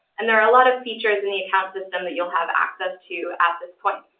and there are a lot of features in the account system that you'll have access to at this point.